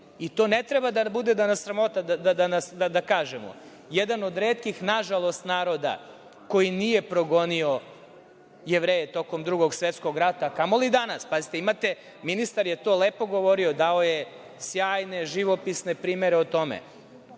i to ne treba da nas bude sramota da kažemo, jedan od retkih, nažalost, naroda koji nije progonio Jevreje tokom Drugog svetskog rata, a kamoli danas. Pazite, imate, ministar je to lepo govorio, dao je sjajne, živopisne primere o tome,